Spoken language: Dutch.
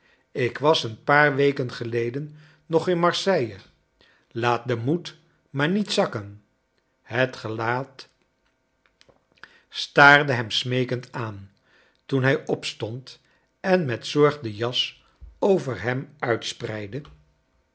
ik was een paar weken geleden nog in marseille laat den moed maar niet zakken het gelaat staarde hem s meek end aan toen hrj opstoud en met zorg de jas over hem uitspreidde